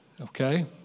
Okay